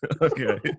Okay